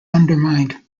undetermined